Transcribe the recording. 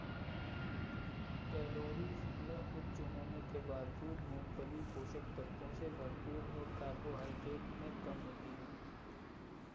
calorie में उच्च होने के बावजूद, मूंगफली पोषक तत्वों से भरपूर और कार्बोहाइड्रेट में कम होती है